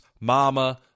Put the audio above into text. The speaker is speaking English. Mama